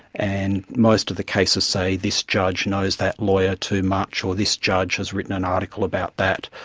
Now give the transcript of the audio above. and most of the cases say this judge knows that lawyer too much, or this judge has written an article about that.